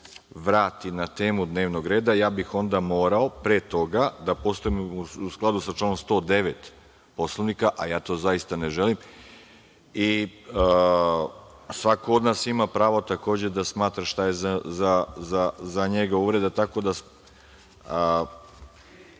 vrati na temu dnevnog reda, ja bih onda morao, pre toga da postupim u skladu sa članom 109. Poslovnika, a ja to zaista ne želim i svako od nas ima pravo takođe da smatra šta je za njega uvreda. Bio bi